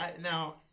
now